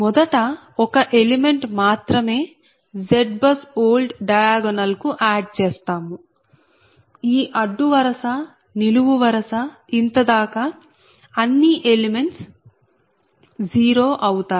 మొదట 1 ఎలిమెంట్ మాత్రమే ZBUSOLD diagonal కు ఆడ్ చేస్తాము ఈ అడ్డు వరుస నిలువు వరుస ఇంత దాకా అన్ని ఎలిమెంట్స్ 0 అవుతాయి